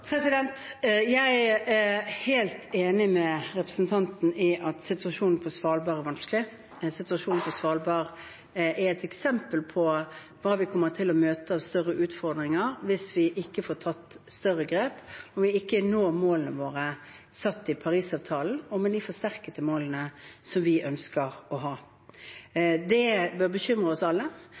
Jeg er helt enig med representanten i at situasjonen på Svalbard er vanskelig. Den situasjonen på Svalbard er et eksempel på hva vi kommer til å møte av større utfordringer hvis vi ikke får tatt større grep, og om vi ikke når målene våre satt i Parisavtalen, og med de forsterkede målene som vi ønsker å ha. Det bør bekymre oss alle.